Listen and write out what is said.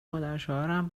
مادرشوهرم